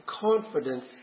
confidence